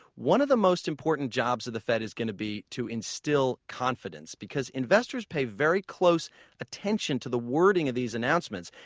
one of the most important jobs of the fed is going to be to instill confidence. because investors pay very close attention to the wording of these announcements,